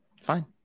Fine